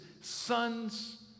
sons